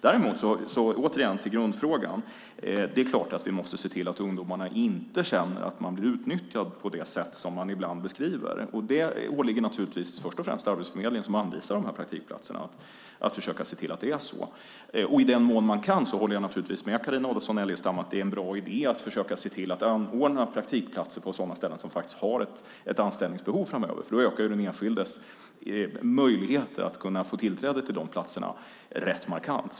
Jag kommer återigen till grundfrågan. Det är klart att vi måste se till att ungdomarna inte känner att de blir utnyttjade på det sätt som de ibland beskriver det. Det åligger först och främst Arbetsförmedlingen som anvisar praktikplatserna att försöka se till att det inte är så. I den mån man kan håller jag med Carina Adolfsson Elgestam om att det är en bra idé att försöka se till att anordna praktikplatser på sådana ställen som har ett anställningsbehov framöver. Då ökar den enskildes möjligheter att kunna få tillträde till de platserna rätt markant.